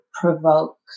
provoke